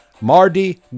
Mardi